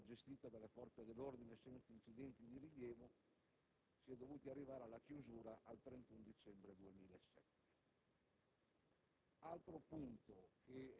Sotto la pressione popolare, peraltro gestita dalle Forze dell'ordine senza incidenti di rilievo, si è dovuti arrivare alla chiusura del sito al 31 dicembre 2007.